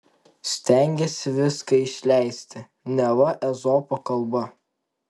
stengėsi viską išleisti neva ezopo kalba